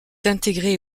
intégrée